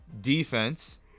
defense